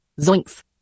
Zoinks